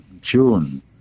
June